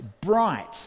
bright